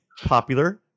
popular